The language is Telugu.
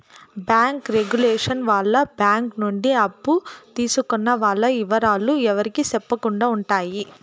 బ్యాంకు రెగులేషన్ వల్ల బ్యాంక్ నుండి అప్పు తీసుకున్న వాల్ల ఇవరాలు ఎవరికి సెప్పకుండా ఉంటాయి